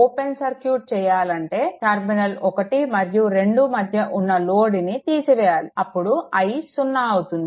open circuit చేయాలంటే terminal 1 మరియు 2 మధ్య ఉన్న లోడ్ని తీసివేయాలి అప్పుడు I సున్నా అవుతుంది